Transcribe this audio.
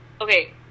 okay